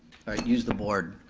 use the board.